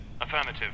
Affirmative